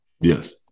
Yes